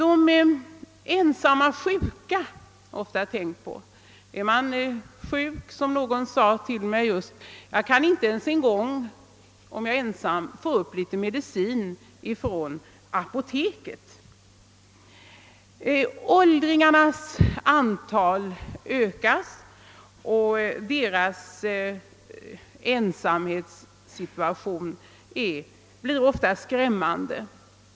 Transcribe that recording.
En ensam sjuk kan, som någon just sade till mig, inte ens få upp litet medicin från apoteket. Antalet åldringar ökar, och deras ensamhetssituation blir ofta skrämmande.